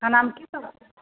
खानामे कि सब